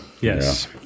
Yes